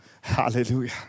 Hallelujah